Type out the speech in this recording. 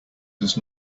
does